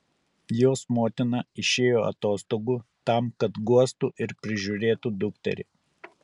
jos motina išėjo atostogų tam kad guostų ir prižiūrėtų dukterį